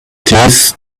this